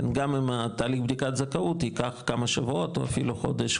גם אם תהליך בדיקת הזכאות ייקח כמה שבועות או אפילו חודש,